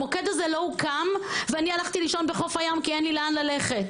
המוקד הזה לא הוקם והלכתי לישון בחוף הים כי אין לי לאן ללכת,